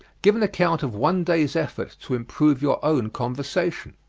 give an account of one day's effort to improve your own conversation.